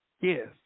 yes